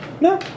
No